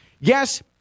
Yes